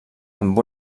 amb